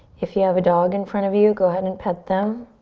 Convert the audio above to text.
if you have a dog in front of you, go ahead and pet them.